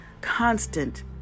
constant